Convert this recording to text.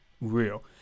real